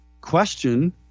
question